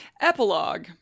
Epilogue